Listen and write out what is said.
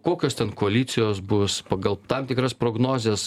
kokios ten koalicijos bus pagal tam tikras prognozes